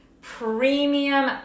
premium